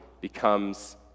becomes